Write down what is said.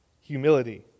humility